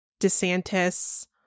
DeSantis